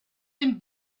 been